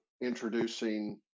introducing